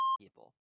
people